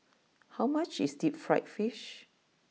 how much is deep Fried Fish